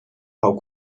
how